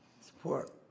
Support